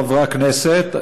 חברי הכנסת,